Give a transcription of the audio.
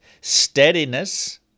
steadiness